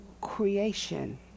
creation